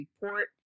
report